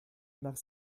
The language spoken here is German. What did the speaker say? nach